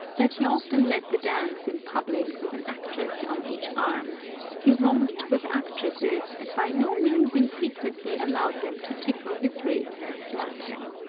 that he often led the dance in public with an actress on each arm he romped with actresses, and by no means infrequently allowed them to tickle his ribs and slap him.